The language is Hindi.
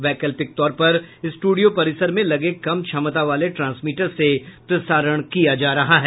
वैकल्पिक तौर पर स्ट्रडियो परिसर में लगे कम क्षमता वाले ट्रांसमीटर से प्रसारण किया जा रहा है